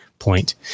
point